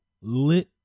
lit